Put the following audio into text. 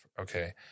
okay